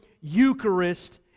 eucharist